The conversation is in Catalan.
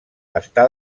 està